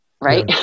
right